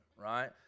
right